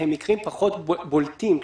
הם פחות בולטים.